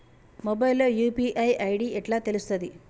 Mobile లో UPI ID ఎట్లా తెలుస్తది?